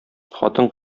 хатын